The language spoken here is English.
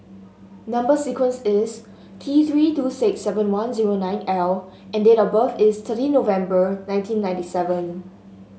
number sequence is T Three two six seven one zero nine L and date of birth is thirty November nineteen ninety seven